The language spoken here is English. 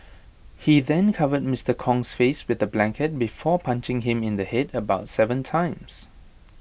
he then covered Mister Kong's face with A blanket before punching him in the Head about Seven times